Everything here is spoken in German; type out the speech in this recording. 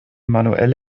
manuell